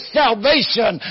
salvation